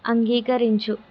అంగీకరించు